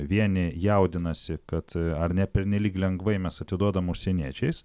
vieni jaudinasi kad ar ne pernelyg lengvai mes atiduodam užsieniečiais